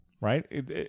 right